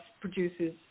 produces